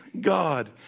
God